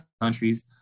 countries